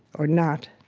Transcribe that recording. or not.